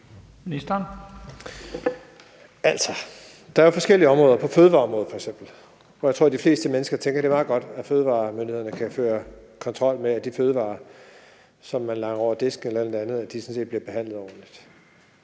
Bruus): Altså, der er jo forskellige områder. F.eks. på fødevareområdet tror jeg de fleste mennesker tænker det er meget godt at fødevaremyndighederne kan føre kontrol med, at de fødevarer, som man langer over disken, sådan set bliver behandlet ordentligt.